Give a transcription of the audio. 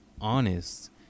honest